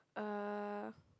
uh